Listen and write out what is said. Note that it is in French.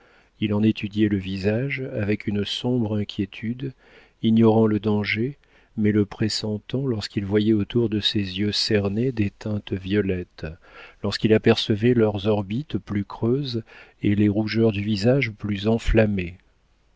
il en étudiait le visage avec une sombre inquiétude ignorant le danger mais le pressentant lorsqu'il voyait autour de ses yeux cernés des teintes violettes lorsqu'il apercevait leurs orbites plus creuses et les rougeurs du visage plus